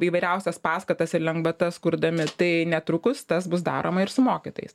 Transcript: įvairiausias paskatas ir lengvatas kurdami tai netrukus tas bus daroma ir su mokytojais